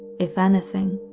if anything.